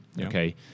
Okay